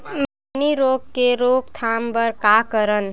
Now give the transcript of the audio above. मैनी रोग के रोक थाम बर का करन?